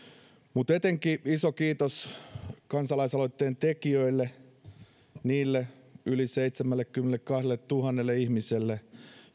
mutta etenkin iso kiitos kansalaisaloitteen tekijöille niille yli seitsemällekymmenellekahdelletuhannelle ihmiselle